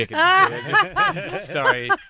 Sorry